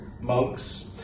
monks